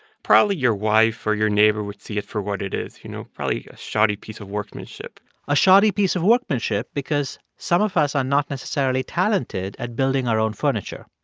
probably your wife or your neighbor would see it for what it is you know, probably a shoddy piece of workmanship a shoddy piece of workmanship because some of us are not necessarily talented at building our own furniture.